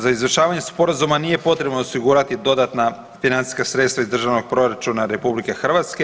Za izvršavanje sporazuma nije potrebno osigurati dodatna financijska sredstva iz Državnog proračuna RH.